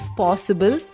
possible